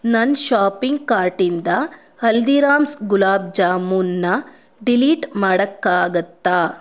ನನ್ನ ಶಾಪಿಂಗ್ ಕಾರ್ಟಿಂದ ಹಲ್ದಿರಾಮ್ಸ್ ಗುಲಾಬ್ ಜಾಮೂನ್ನ ಡಿಲೀಟ್ ಮಾಡೋಕ್ಕಾಗುತ್ತಾ